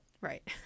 Right